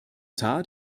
tat